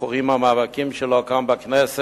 זכורים המאבקים שלו כאן בכנסת